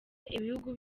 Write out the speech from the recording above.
ibihugu